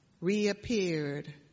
reappeared